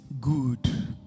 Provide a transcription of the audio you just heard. good